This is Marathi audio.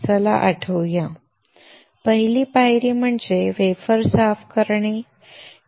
चला आठवूया पहिली पायरी म्हणजे वेफर साफ करणे